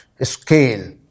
scale